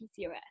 PCOS